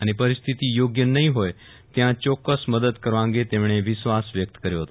અને પરિસ્થિતિ યોગ્ય નહી હોય ત્યાં ચોક્કસ મદદ કરવા અંગે તેમને વિશ્વાસ વ્યક્ત કર્યો હતો